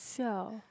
siao